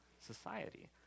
society